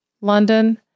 London